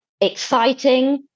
exciting